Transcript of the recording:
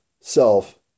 self